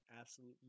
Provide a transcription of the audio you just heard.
absolute